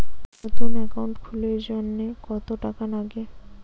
নতুন একাউন্ট খুলির জন্যে কত টাকা নাগে?